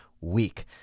week